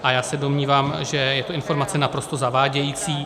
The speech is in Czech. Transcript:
A já se domnívám, že je to informace naprosto zavádějící.